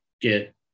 get